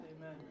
Amen